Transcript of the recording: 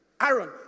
Aaron